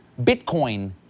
Bitcoin